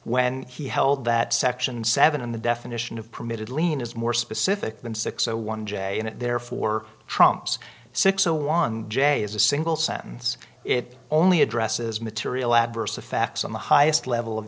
when he held that section seven in the definition of permitted lien is more specific than six zero one j and therefore trumps six zero on j is a single sentence it only addresses material adverse effects on the highest level of